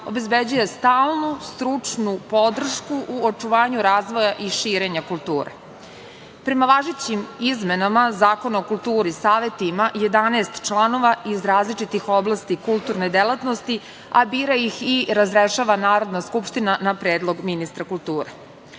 obezbeđuje stalnu stručnu podršku u očuvanju razvoja i širenja kulture. Prema važećim izmenama Zakona o kulturi, Savet ima 11 članova iz različitih oblasti kulturne delatnosti, a bira ih i razrešava Narodna skupština na predlog ministra kulture. Osnovna